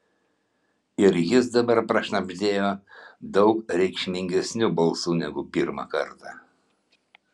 ir jis dabar prašnabždėjo daug reikšmingesniu balsu negu pirmą kartą